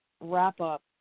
wrap-up